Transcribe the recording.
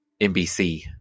NBC